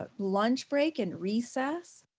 ah lunch break and recess.